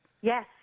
Yes